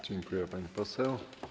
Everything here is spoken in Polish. Dziękuję, pani poseł.